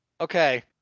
Okay